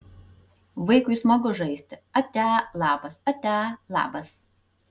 vaikui smagu žaisti atia labas atia labas